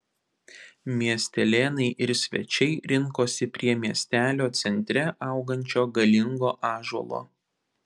miestelėnai ir svečiai rinkosi prie miestelio centre augančio galingo ąžuolo